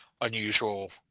unusual